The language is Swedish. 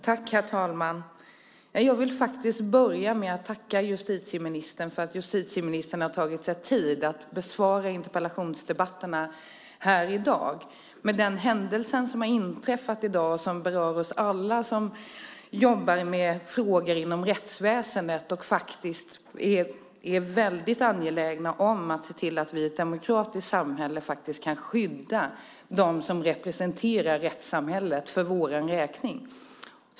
Herr talman! Jag vill börja med att tacka justitieministern för att hon har tagit sig tid att besvara interpellationerna här i dag. Detta säger jag mot bakgrund av den händelse som har inträffat i dag och som berör oss alla som jobbar med frågor i rättsväsendet. Vi är väldigt angelägna om att se till att vi i ett demokratiskt samhälle kan skydda dem som representerar rättssamhället för vår räkning.